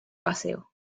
paseo